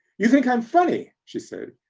you think i'm funny she said.